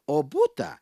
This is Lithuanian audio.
o butą